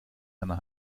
einer